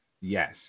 Yes